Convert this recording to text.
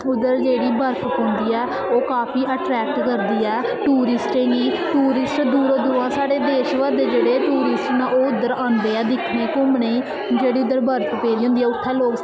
उद्धर जेह्ड़ी बर्फ पौंदी ऐ ओह् काफी अट्रैक्ट करदी ऐ टूरिस्टें गी टूरिस्ट दूरों दूरों साढ़े देशभर दे जेह्ड़े टूरिस्ट न ओह् इद्धर आंदे ऐ दिक्खने गी घूमने गी जेह्ड़ी इद्धर बर्फ पेदी होंदी ऐ उत्थै लोक